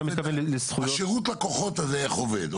לגבי שירות הלקוחות הזה, איך עובד.